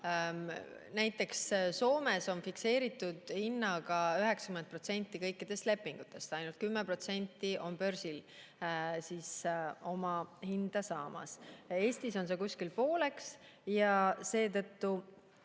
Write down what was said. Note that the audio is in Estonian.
Näiteks Soomes on fikseeritud hinnaga 90% kõikidest lepingutest, ainult 10% on börsihinnaga. Eestis on need kuskil pooleks ja seetõttu